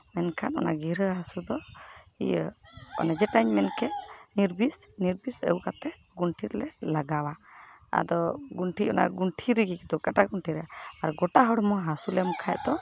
ᱢᱮᱱᱠᱷᱟᱱ ᱚᱱᱟ ᱜᱨᱤᱨᱟᱹ ᱦᱟᱹᱥᱩ ᱫᱚ ᱤᱭᱟᱹ ᱚᱱᱮ ᱡᱮᱴᱟᱧ ᱢᱮᱱᱠᱮᱫ ᱱᱤᱨᱵᱤᱥ ᱱᱤᱨᱵᱤᱥ ᱟᱹᱜᱩ ᱠᱟᱛᱮᱫ ᱜᱚᱱᱴᱷᱮᱲ ᱨᱮᱞᱮ ᱞᱟᱜᱟᱣᱟ ᱟᱫᱚ ᱜᱚᱱᱴᱷᱮ ᱚᱱᱟ ᱜᱚᱱᱴᱷᱮ ᱨᱮᱜᱤ ᱛᱚ ᱠᱟᱴᱟ ᱜᱚᱱᱴᱷᱤ ᱨᱮ ᱟᱨ ᱜᱚᱴᱟ ᱦᱚᱲᱢᱚ ᱦᱟᱹᱥᱩ ᱞᱮᱢ ᱠᱷᱟᱡ ᱫᱚ